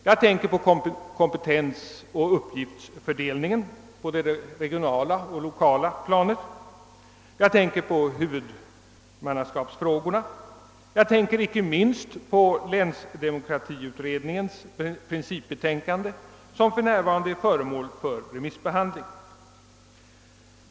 Jag tänker på kompetensoch uppgiftsfördelningen på det regionala och det lokala planet, jag tänker på huvudmannaskapsfrågorna, och jag tänker icke minst på länsdemokratiutredningens principbetänkande, som för närvarande är föremål för remissbehandling.